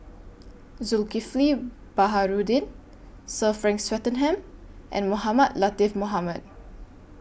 Zulkifli Baharudin Sir Frank Swettenham and Mohamed Latiff Mohamed